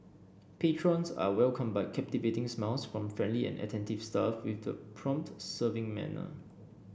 patrons are welcomed by captivating smiles from friendly and attentive staff with the prompt serving manner